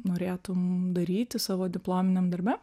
norėtum daryti savo diplominiam darbe